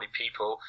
people